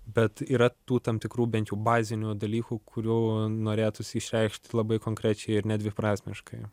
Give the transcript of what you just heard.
bet yra tų tam tikrų bent jau bazinių dalykų kurių norėtųsi išreikšt labai konkrečiai ir nedviprasmiškai